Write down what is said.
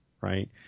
right